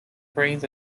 cranes